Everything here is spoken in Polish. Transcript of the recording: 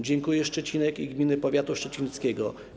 Dziękują Szczecinek i gminy powiatu szczecińskiego.